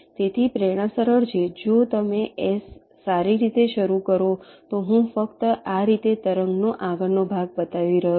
તેથી પ્રેરણા સરળ છે જો તમે S સારી રીતે શરૂ કરો તો હું ફક્ત આ રીતે તરંગનો આગળનો ભાગ બતાવી રહ્યો છું